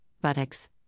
buttocks